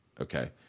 okay